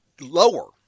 lower